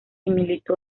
militó